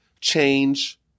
change